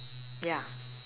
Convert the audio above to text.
ya